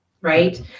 Right